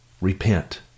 Repent